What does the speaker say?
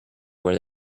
where